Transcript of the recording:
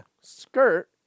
Skirt